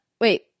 wait